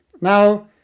Now